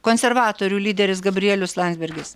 konservatorių lyderis gabrielius landsbergis